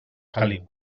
caliu